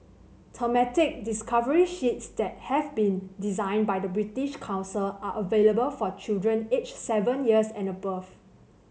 thematic discovery sheets that have been designed by the British Council are available for children aged seven years and above